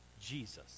Jesus